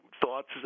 thoughts